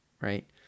right